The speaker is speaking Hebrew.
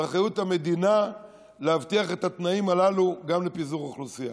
ואחריות המדינה להבטיח את התנאים הללו גם לפיזור אוכלוסייה.